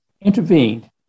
intervened